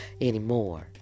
anymore